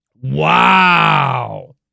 Wow